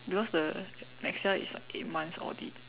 because the maximum is eight months audit